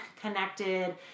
connected